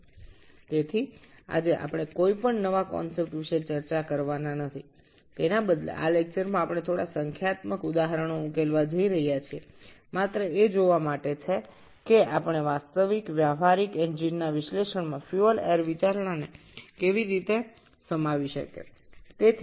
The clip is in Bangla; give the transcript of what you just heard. সুতরাং আমরা আজ কোনও নতুন ধারণা নিয়ে আলোচনা করছি না তার পরিবর্তে এই আলোচনাটিতে আমরা কয়েকটি গাণিতিক উদাহরণ সমাধান করতে যাচ্ছি যাতে ব্যবহারিক ইঞ্জিনগুলির বিশ্লেষণে আমরা কীভাবে জ্বালানী ও বায়ু এর বিবেচনাকে অন্তর্ভুক্ত করতে পারি